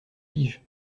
piges